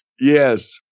Yes